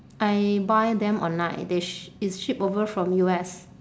I buy them online they sh~ it's ship over from U_S